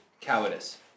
cowardice